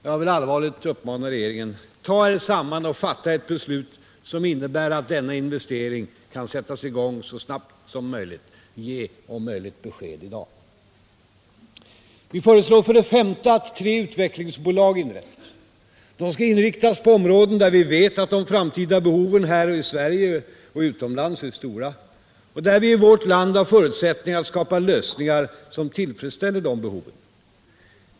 Jag vill allvarligt uppmana regeringen: Ta er samman och fatta ett beslut som innebär att denna viktiga investering kan sättas i gång så snabbt som möjligt! Ge, om möjligt, besked i dag! Vi föreslår, för det femte, att tre utvecklingsbolag inrättas. De skall inriktas på områden där vi vet att de framtida behoven, här i Sverige och utomlands, är stora och där vi i vårt land har förutsättningar att skapa lösningar som tillfredsställer de behoven.